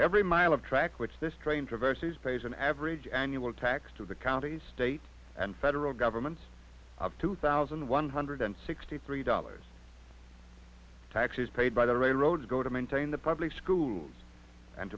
every mile of track which the stranger versus pays an average annual tax to the county state and federal governments of two thousand one hundred sixty three dollars taxes paid by the railroads go to maintain the public schools and